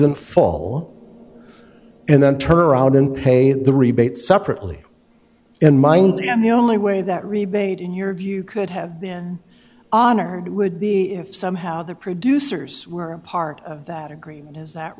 in fall and then turn around and pay the rebates separately in mind and the only way that rebate in your view could have been honor would be if somehow the producers were a part of that agree is that